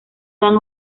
dan